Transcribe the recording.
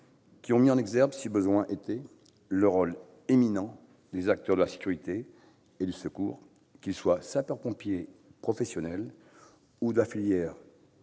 ils ont mis en exergue, si besoin était, le rôle éminent des acteurs de la sécurité et du secours, qu'ils soient sapeurs-pompiers professionnels ou qu'ils relèvent de